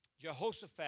Jehoshaphat